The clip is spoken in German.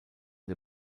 der